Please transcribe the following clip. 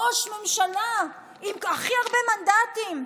ראש ממשלה עם הכי הרבה מנדטים,